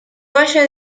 valle